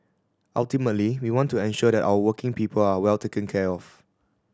ultimately we want to ensure that our working people are well taken care of